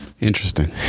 Interesting